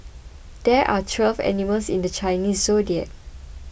there are twelve animals in the Chinese zodiac